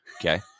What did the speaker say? Okay